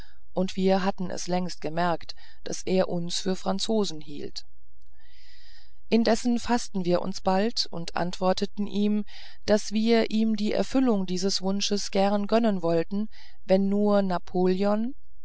und wir hatten es längst gemerkt daß er uns für franzosen hielt indessen faßten wir uns bald und antworteten ihm daß wir ihm die erfüllung dieses wunsches gern gönnen wollten wenn nur napoleon